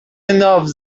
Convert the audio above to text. enough